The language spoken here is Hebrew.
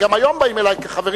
גם היום באים אלי חברים,